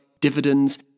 dividends